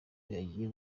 yagiye